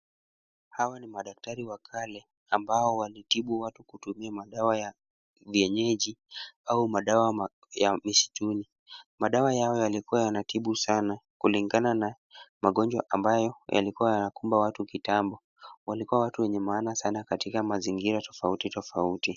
Hawa ni madaktari wa kale ambao walitibu watu kutumia madawa ya vienyeji au madawa ya misituni. Madawa yao yalikuwa yanatibu sana kulingana na magonjwa ambayo yalikuwa yanakumba watu kitambo. Walikuwa watu wenye maana sana katika mazingira tofauti tofauti.